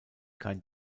kein